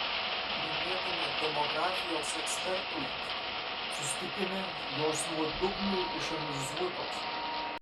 minėtame demografijos ekspertų susitikime jos nuodugniai išanalizuotos